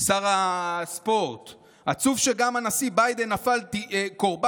שר הספורט: עצוב שגם הנשיא ביידן נפל קורבן